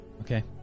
Okay